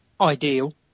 ideal